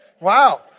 Wow